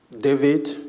David